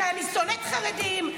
שאני שונאת חרדים,